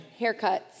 haircuts